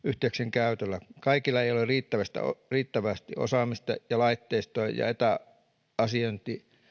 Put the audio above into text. käytöllä kaikilla ei ole riittävästi riittävästi osaamista ja laitteistoa ja etäasiointi